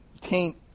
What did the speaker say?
taint